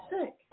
sick